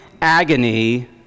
agony